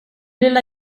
lilla